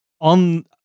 on